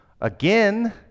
Again